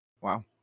Wow